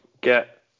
get